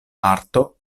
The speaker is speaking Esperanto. arto